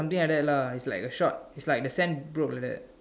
sometime like that lah it's like a shot it's like the sand broke like that